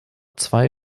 zwei